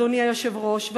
אדוני היושב-ראש,